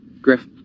Griff